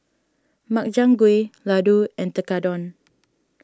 Makchang Gui Ladoo and Tekkadon